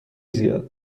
زیاد